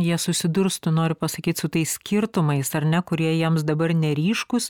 jie susidurs tu nori pasakyt su tais skirtumais ar ne kurie jiems dabar neryškūs